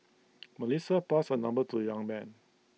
Melissa passed her number to the young man